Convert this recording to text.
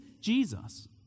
Jesus